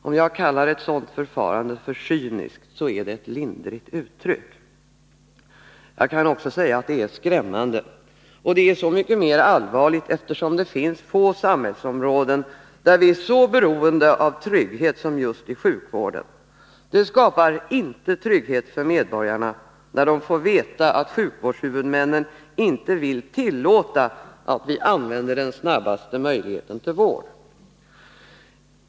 Om jag kallar ett sådant förfarande för cyniskt, så är det ett lindrigt uttryck. Jag kan också säga att det är skrämmande. Det är så mycket mer allvarligt som det finns få samhällsområden, där vi är så beroende av trygghet som just i sjukvården. Det skapar inte trygghet för medborgarna när de får veta att sjukvårdshuvudmännen inte vill tillåta att vi använder den snabbaste möjligheten till vård.